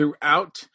throughout